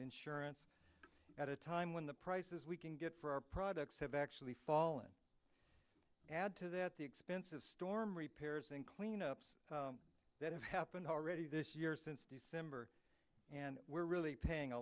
insurance at a time when the prices we can get for our products have actually fallen add to that the expensive storm repairs and cleanups that have happened already this year since december and we're really paying a